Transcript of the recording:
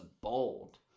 bold